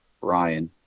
Ryan